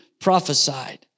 prophesied